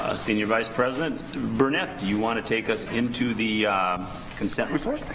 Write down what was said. ah senior vice president burnett do you wanna take us into the consent report?